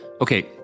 Okay